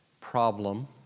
Problem